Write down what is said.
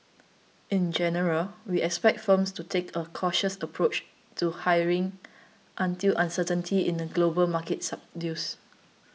in general we expect firms to take a cautious approach to hiring until uncertainty in the global market subsides